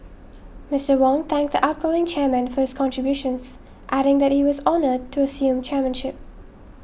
Mister Wong thanked the outgoing chairman for his contributions adding that he was honoured to assume chairmanship